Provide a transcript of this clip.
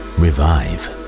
revive